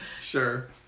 Sure